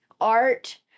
art